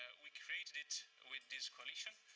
we created it with this coalition.